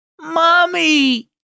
Mommy